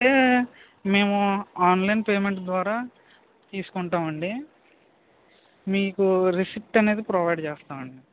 అంటే మేము online payment ద్వారా తీసుకుంటాము అండి మీకు రిసీప్ట్ అనేది ప్రొవైడ్ చేస్తాము అండి